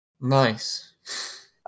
Nice